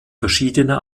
verschiedene